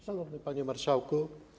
Szanowny Panie Marszałku!